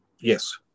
Yes